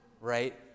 right